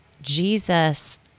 Jesus